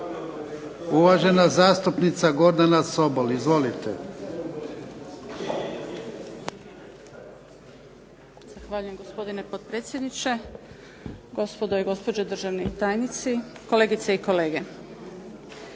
uvažena zastupnica Gordana Sobol. Izvolite.